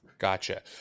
Gotcha